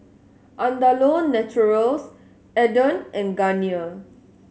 Andalou Naturals Aden and Garnier